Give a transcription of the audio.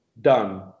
done